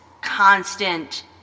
constant